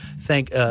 thank